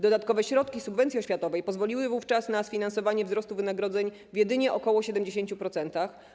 Dodatkowe środki subwencji oświatowej pozwoliły wówczas na sfinansowanie wzrostu wynagrodzeń w jedynie ok. 70%.